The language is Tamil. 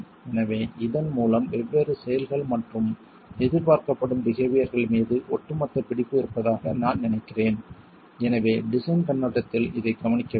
எனவே இதன் மூலம் வெவ்வேறு செயல்கள் மற்றும் எதிர்பார்க்கப்படும் பிஹேவியர்கள் மீது ஒட்டுமொத்த பிடிப்பு இருப்பதாக நான் நினைக்கிறேன் எனவே டிசைன் கண்ணோட்டத்தில் இதைக் கவனிக்க வேண்டும்